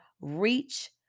reach